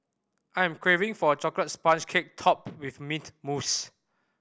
I am craving for a chocolate sponge cake topped with mint mousse